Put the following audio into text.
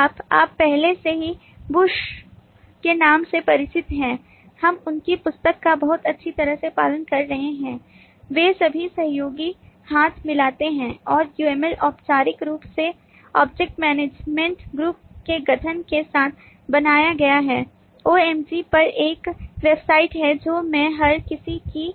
आप आप पहले से ही Boochs के नाम से परिचित हैं हम उनकी पुस्तक का बहुत अच्छी तरह से पालन कर रहे हैं वे सभी सहयोगी हाथ मिलाते हैं और UML औपचारिक रूप से ऑब्जेक्ट मैनेजमेंट ग्रुप के गठन के साथ बनाया गया है OMG पर एक वेबसाइट है जो मैं हर किसी